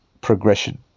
progression